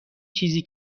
چیزی